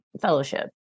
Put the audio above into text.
fellowship